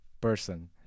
person